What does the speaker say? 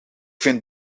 vind